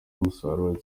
umusaruro